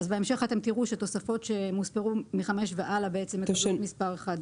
בהמשך תראו שתוספות שמוספרו מ-5 והלאה יורדות מספר אחד.